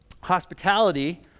Hospitality